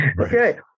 Okay